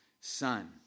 Son